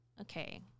okay